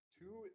two